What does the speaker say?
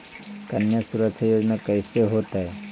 कन्या सुरक्षा योजना कैसे होतै?